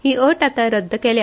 ही अट आता रद्द केल्या